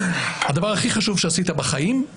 הדבר הכי חשוב שעשית בחיים, הוא